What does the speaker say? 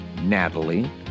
natalie